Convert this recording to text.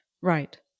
Right